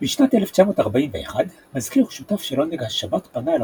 בשנת 1941 מזכיר שותף של עונג השבת פנה אל